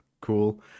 cool